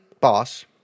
boss